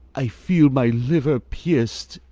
i feel my liver pierc'd,